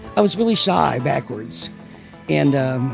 i was really shy, backwards and